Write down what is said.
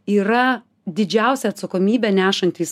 yra didžiausią atsakomybę nešantys